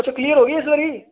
ਅੱਛਾ ਕਲੀਅਰ ਹੋ ਗਈ ਇਸ ਵਾਰੀ